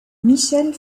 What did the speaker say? michel